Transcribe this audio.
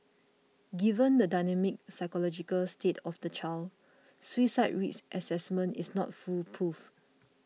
given the dynamic psychological state of the child suicide risk assessment is not foolproof